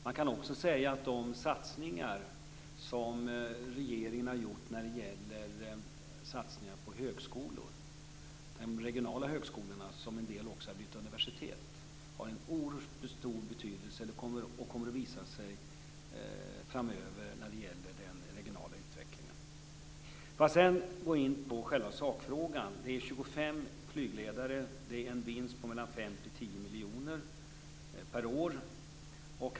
Jag kan också säga något om de satsningar som regeringen har gjort när det gäller högskolor. Där har de regionala högskolorna - en del av dem har också blivit universitet - en oerhört stor betydelse. Det kommer att visa sig framöver när det gäller den regionala utvecklingen. För att sedan gå in på själva sakfrågan är det 25 flygledare det handlar om. Det är en vinst på 5 10 miljoner kronor per år.